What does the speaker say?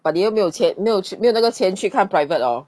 but 你又有没有钱没有去没有那个钱去看 private hor